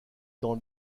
dans